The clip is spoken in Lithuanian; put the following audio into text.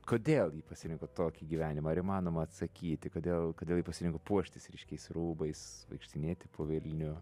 kodėl ji pasirinko tokį gyvenimą ar įmanoma atsakyti kodėl kodėl ji pasirinko puoštis ryškiais rūbais vaikštinėti po vilnių